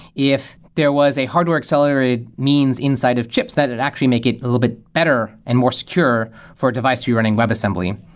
if there was a hardware accelerator, it means inside of chips that it actually make it a little bit better and more secure for a device to be running webassembly.